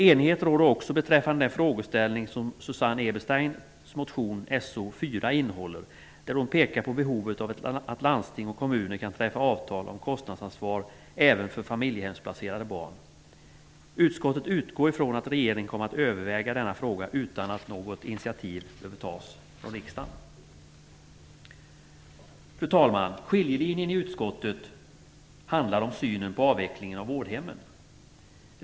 Enighet råder också beträffande den frågeställning som Susanne Ebersteins motion So4 innehåller, där hon pekar på behovet av att landsting och kommuner kan träffa avtal om kostnadsansvar även för familjehemsplacerade barn. Utskottet utgår ifrån att regeringen kommer att överväga den frågan utan att något initiativ behöver tas av riksdagen. Fru talman! Skiljelinjen i utskottet handlar om synen på avvecklingen av vårdhemmen.